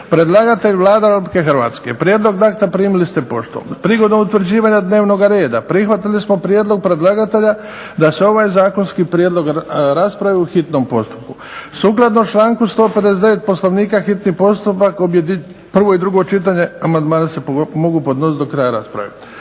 Predlagatelj je Vlada Republike Hrvatske. Prijedlog akta primili ste poštom. Prigodom utvrđivanja dnevnoga reda prihvatili smo prijedlog predlagatelja da se ovaj zakonski prijedlog raspravi u hitnom postupku. Sukladno članku 159. Poslovnika hitni postupak objedinjuje prvo i drugo čitanje. Amandmani se mogu podnositi do kraja rasprave.